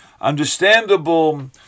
understandable